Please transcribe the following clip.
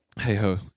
Hey-ho